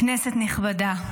כנסת נכבדה,